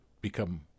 become